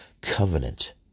covenant